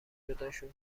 جداشون